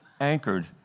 anchored